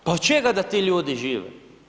Pa od čega da ti ljudi žive?